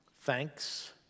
thanks